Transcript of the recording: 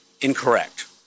incorrect